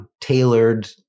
tailored